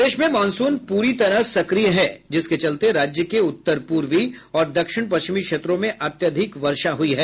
प्रदेश में मॉनसून पूरी तरह सक्रिय है जिसके चलते राज्य के उत्तर पूर्वी और दक्षिण पश्चिमी क्षेत्रों में अत्यधिक वर्षा हुई है